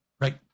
Right